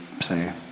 say